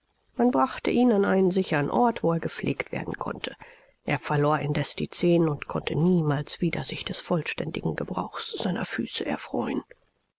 man brachte ihn an einen sichern ort wo er gepflegt werden konnte er verlor indeß die zehen und konnte niemals wieder sich des vollständigen gebrauchs seiner füße erfreuen